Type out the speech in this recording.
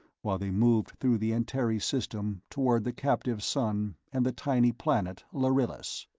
while they moved through the antares system toward the captive sun and the tiny planet lharillis.